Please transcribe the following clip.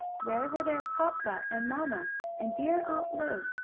where were their papa and mamma and dear aunt lu?